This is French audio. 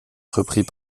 reprit